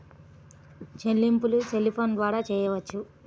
చెల్లింపులు cell phone ద్వారా చేయవచ్చా?